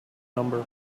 number